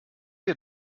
wir